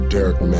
Derek